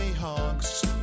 hogs